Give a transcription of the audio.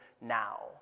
now